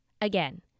Again